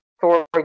Thor